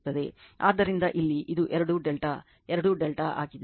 ಆದ್ದರಿಂದ ಇಲ್ಲಿ ಅದು ಎರಡೂ ∆ ಎರಡೂ ∆ ಆಗಿದೆ